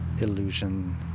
illusion